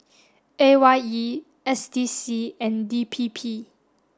A Y E S D C and D P P